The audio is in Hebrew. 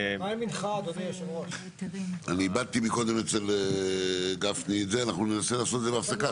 הבנתי שקודם כל צריך לתקן,